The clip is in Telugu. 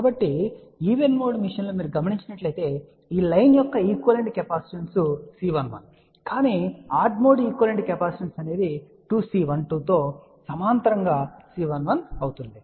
కాబట్టి ఈవెన్ మోడ్ విషయంలో చూడవచ్చు ఈ లైన్ యొక్క ఈక్వలెంట్ కెపాసిటెన్స్ C11 అని చెప్పనివ్వండి కాని ఆడ్ మోడ్ ఈక్వలెంట్ కెపాసిటెన్స్ అనేది 2 C12 తో సమాంతరంగా C11 అవుతుంది